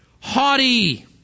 haughty